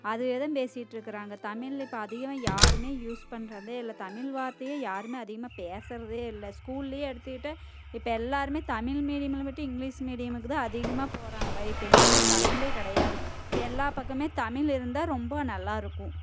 அதே தான் பேசிகிட்ருக்குறாங்க தமிழ்ல இப்போ அதிகமாக யாருமே யூஸ் பண்ணுறதே இல்லை தமிழ் வார்த்தையே யாருமே அதிகமாக பேசுறதே இல்லை ஸ்கூல்லேயே எடுத்துக்கிட்டால் இப்போ எல்லோருமே தமிழ் மீடியமில் மட்டும் இங்கிலீஸ் மீடியமுக்கு தான் அதிகமாக போகிறாங்க இப்போ எங்கேயுமே தமிழே கிடையாது இப்போ எல்லா பக்கமுமே தமிழ் இருந்தால் ரொம்ப நல்லாயிருக்கும்